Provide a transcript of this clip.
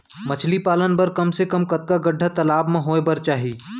मछली पालन बर कम से कम कतका गड्डा तालाब म होये बर चाही?